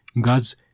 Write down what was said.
God's